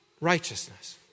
righteousness